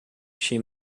she